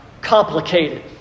complicated